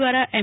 દ્વારા એમ